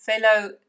fellow